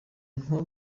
nko